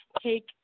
take